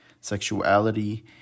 sexuality